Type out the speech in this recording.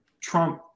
Trump